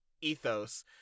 ethos